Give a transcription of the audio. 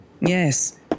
Yes